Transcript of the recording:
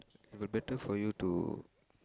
it'll better for you to